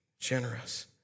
generous